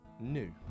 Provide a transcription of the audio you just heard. new